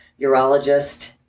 urologist